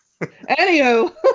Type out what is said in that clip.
Anywho